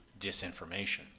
disinformation